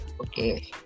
Okay